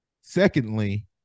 secondly